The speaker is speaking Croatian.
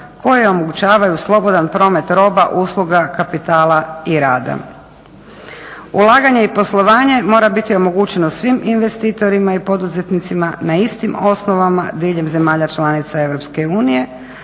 koje omogućavaju slobodan promet roma, usluga, kapitala i rada. Ulaganje i poslovanje mora biti omogućeno svim investitorima i poduzetnicima na istim osnovama diljem zemalja članica EU.